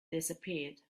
disappeared